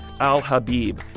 Al-Habib